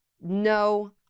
no